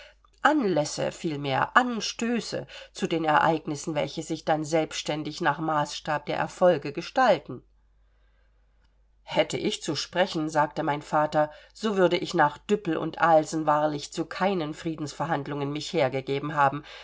anlässe vielmehr anstöße zu den ereignissen welche sich dann selbständig nach maßstab der erfolge gestalten hätte ich zu sprechen sagte mein vater so würde ich nach düppel und alsen wahrlich zu keinen friedensverhandlungen mich hergegeben haben